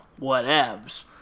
whatevs